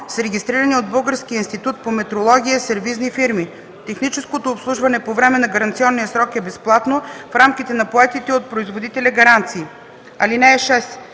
с регистрирани от Българския институт по метрология сервизни фирми. Техническото обслужване по време на гаранционния срок е безплатно в рамките на поетите от производителя гаранции.